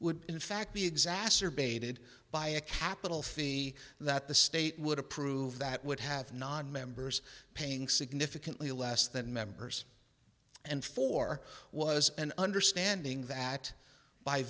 would in fact be exacerbated by a capital fee that the state would approve that would have nonmembers paying significantly less than members and for was an understanding that by